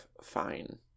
fine